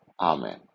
Amen